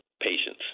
patience